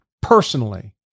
personally